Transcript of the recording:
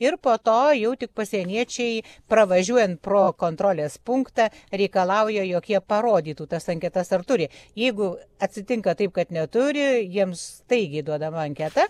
ir po to jau tik pasieniečiai pravažiuojant pro kontrolės punktą reikalauja jog jie parodytų tas anketas ar turi jeigu atsitinka taip kad neturi jiems staigiai duodama anketa